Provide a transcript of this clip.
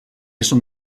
són